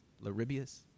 Laribius